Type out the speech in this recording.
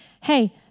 Hey